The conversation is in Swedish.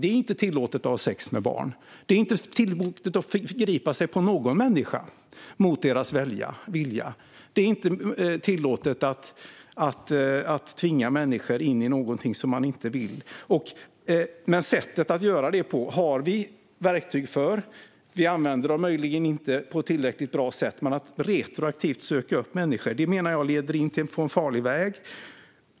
Det är inte tillåtet att ha sex med barn. Det är inte tillåtet att förgripa sig på några människor mot deras vilja. Det är inte tillåtet att tvinga människor in i någonting som de inte vill. Vi har verktyg för att komma åt det. Vi använder dem möjligen inte på ett tillräckligt bra sätt. Att retroaktivt söka upp människor menar jag leder in på en farlig väg.